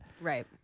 Right